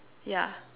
yeah